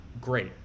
great